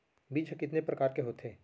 बीज ह कितने प्रकार के होथे?